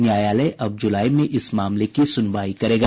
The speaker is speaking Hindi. न्यायालय अब जुलाई में इस मामले की सुनवाई करेगा